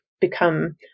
become